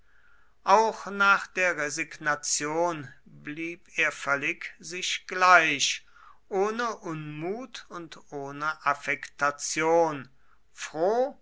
auch nach der resignation blieb er völlig sich gleich ohne unmut und ohne affektation froh